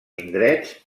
indrets